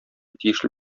тиешле